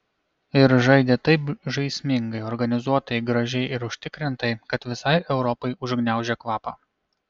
ir žaidė taip žaismingai organizuotai gražiai ir užtikrintai kad visai europai užgniaužė kvapą